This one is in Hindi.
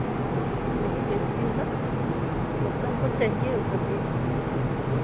नहीं बेचती हो ना मतलब हमको चाहिए वो सब्जी